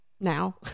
now